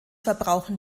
verbrauchen